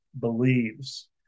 believes